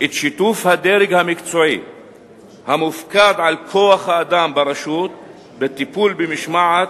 את שיתוף הדרג המקצועי המופקד על כוח-האדם ברשות בטיפול במשמעת,